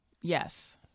Yes